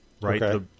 right